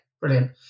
brilliant